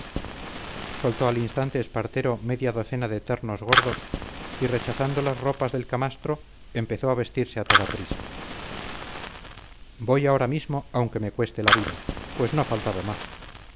soltó al instante espartero media docena de ternos gordos y rechazando las ropas del camastro empezó a vestirse a toda prisa voy ahora mismo aunque me cueste la vida pues no faltaba más